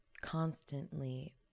constantly